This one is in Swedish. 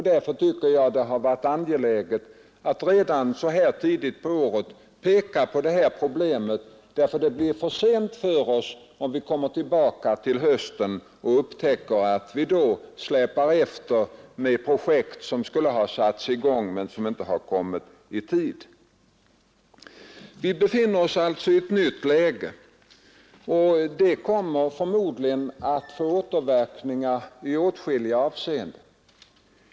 Därför tycker jag att det har varit angeläget att redan så här tidigt på året peka på problemet; det blir för sent att peka på det om vi i höst upptäcker att vi släpar efter med projekt som skulle ha satts i gång men som inte kommit i tid. Vi befinner oss alltså i ett nytt läge, och det kommer förmodligen att få återverkningar i åtskilliga avseenden.